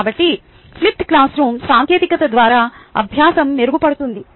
కాబట్టి flipped classroom సాంకేతికత ద్వారా అభ్యాసం మెరుగుపడుతుంది